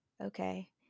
okay